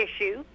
issue